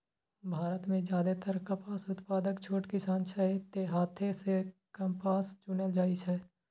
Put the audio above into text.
भारत मे जादेतर कपास उत्पादक छोट किसान छै, तें हाथे सं कपास चुनल जाइ छै